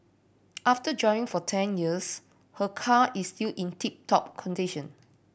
after driving for ten years her car is still in tip top condition